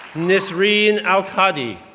nasreen al-qadi,